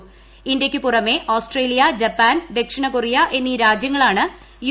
് ജ്ന്ത്യ്ക്ക് പുറമെ ഓസ്ട്രേലിയ ജപ്പാൻ ദക്ഷിണ കൊറിയ എന്നീ രാജ്യങ്ങളാണ് യു